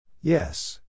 Yes